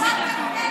את הסוהרות.